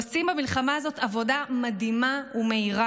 עושים במלחמה הזאת עבודה מדהימה ומהירה.